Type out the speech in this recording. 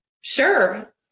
Sure